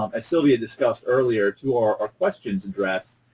as sylvia discussed earlier, to our questions address,